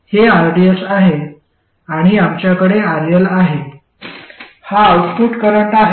हे rds आहे आणि आमच्याकडे RL आहे हा आऊटपुट करंट आहे